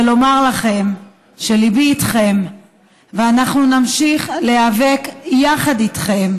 ולומר לכם שליבי איתכם ואנחנו נמשיך להיאבק יחד איתכם,